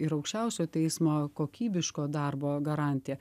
ir aukščiausiojo teismo kokybiško darbo garantija